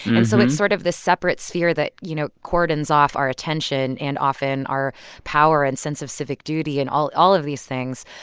and so it's sort of the separate sphere that, you know, cordons off our attention and often our power and sense of civic duty and all all of these things.